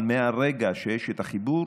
אבל מהרגע שיש את החיבור